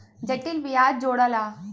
जटिल बियाज जोड़ाला